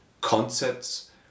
concepts